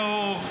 די, נאור.